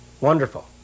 Wonderful